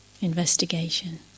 investigation